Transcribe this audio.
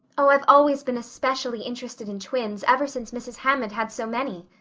oh, i've always been especially interested in twins ever since mrs. hammond had so many,